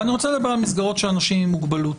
אני רוצה לדבר על מסגרות של אנשים עם מוגבלות.